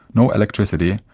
no electricity,